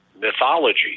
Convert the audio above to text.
mythology